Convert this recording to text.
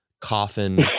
coffin